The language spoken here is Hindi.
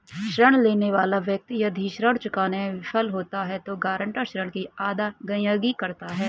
ऋण लेने वाला व्यक्ति यदि ऋण चुकाने में विफल होता है तो गारंटर ऋण की अदायगी करता है